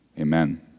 Amen